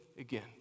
again